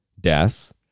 death